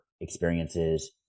experiences